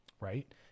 Right